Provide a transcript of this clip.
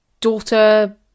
daughter